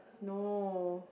no